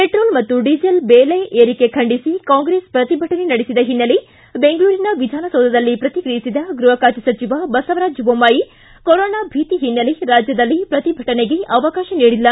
petrol ಮತ್ತು diesel ಬೆಲೆ ಏರಿಕೆ ಖಂಡಿಸಿ ಕಾಂಗ್ರೆಸ್ ಪ್ರತಿಭಟನೆ ನಡೆಸಿದ ಹಿನ್ನೆಲೆ ಬೆಂಗಳೂರಿನ ವಿಧಾನಸೌಧದಲ್ಲಿ ಪ್ರಕಿಕಿಯಿಸಿದ ಗೃಹ ಖಾತೆ ಸಚಿವ ಬಸವರಾಜ ಬೊಮ್ಮಾಯಿ ಕೊರೊನಾ ಭೀತಿ ಓನ್ನೆಲೆ ರಾಜ್ದದಲ್ಲಿ ಪ್ರತಿಭಟನೆಗೆ ಅವಕಾಶ ನೀಡಿಲ್ಲ